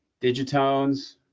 Digitones